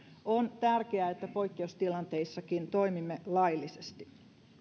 on tärkeää että poikkeustilanteissakin toimimme laillisesti